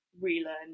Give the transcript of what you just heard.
relearn